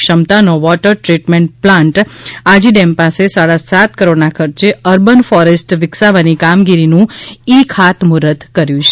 ક્ષમતાનો water treatment plant Aji dam પાસે સાડા સાત કરોડના ખર્ચે અર્બન ફોરેસ્ટ વિકસાવવાની કામગીરીનું ઈ ખાતમુહૂર્ત કર્યું છે